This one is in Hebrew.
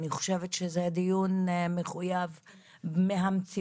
אני חושבת שזה דיון מחויב המציאות.